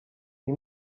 nti